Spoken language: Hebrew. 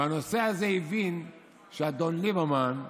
בנושא הזה הבין שאדון ליברמן,